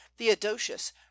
Theodosius